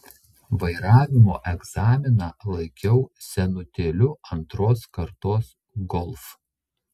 vairavimo egzaminą laikiau senutėliu antros kartos golf